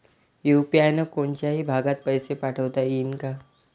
UPI न कोनच्याही भागात पैसे पाठवता येईन का?